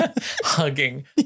Hugging